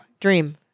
dream